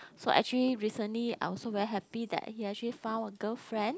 so actually recently I also very happy that he actually found a girlfriend